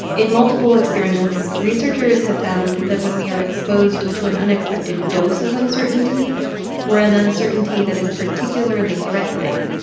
in multiple experiments, researchers have found that when we are exposed to an unexpected dose of uncertainty or an uncertainty that is particularly threatening,